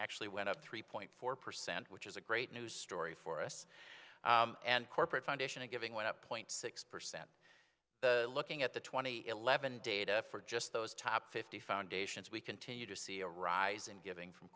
actually went up three point four percent which is a great news story for us and corporate foundation and giving without point six percent looking at the twenty eleven data for just those top fifty foundations we continue to see a rise in giving from